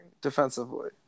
defensively